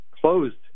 closed